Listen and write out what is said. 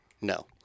No